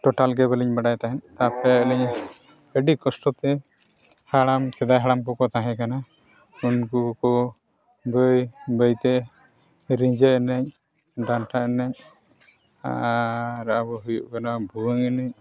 ᱜᱮ ᱵᱟᱹᱞᱤᱧ ᱵᱟᱰᱟᱭ ᱛᱟᱦᱮᱸᱫ ᱛᱟᱨᱯᱚᱨᱮ ᱟᱹᱞᱤᱧ ᱟᱹᱰᱤ ᱠᱚᱥᱴᱚ ᱛᱮ ᱦᱟᱲᱟᱢ ᱥᱮᱫᱟᱭ ᱦᱟᱲᱟᱢ ᱠᱚᱠᱚ ᱛᱟᱦᱮᱸ ᱠᱟᱱᱟ ᱩᱱᱠᱩ ᱠᱚ ᱵᱟᱹᱭᱼᱵᱟᱹᱭᱛᱮ ᱨᱤᱸᱡᱷᱟᱹ ᱮᱱᱮᱡ ᱰᱟᱱᱴᱟ ᱮᱱᱮᱡ ᱟᱨ ᱟᱵᱚ ᱦᱩᱭᱩᱜ ᱠᱟᱱᱟ ᱵᱷᱩᱣᱟᱹᱝ ᱮᱱᱮᱡ